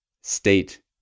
State